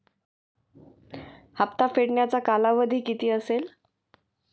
हप्ता फेडण्याचा कालावधी किती असेल?